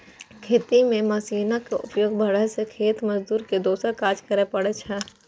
खेती मे मशीनक उपयोग बढ़ै सं खेत मजदूर के दोसरो काज करै पड़ै छै